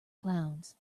clowns